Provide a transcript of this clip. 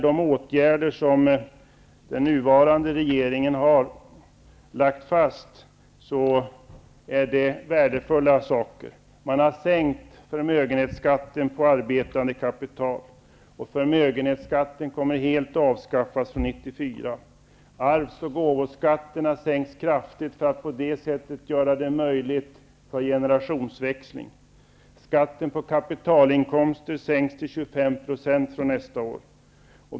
Den nuvarande regeringen har lagt fast ett antal åtgärder som är värdefulla. Förmögenhetsskatten på arbetande kapital har sänkts. Förmögenhetsskatten kommer att helt avskaffas 1994. Arvs och gåvoskatterna sänks kraftigt för att på det sättet göra generationsväxlingar möjliga. Skatten på kapitalinkomster sänks till 25 % nästa år.